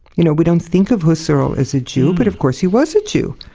you know, we don't think of husserl as a jew, but of course he was a jew.